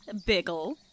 Biggle